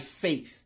faith